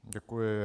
Děkuji.